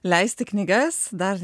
leisti knygas dar